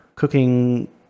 cooking